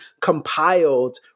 compiled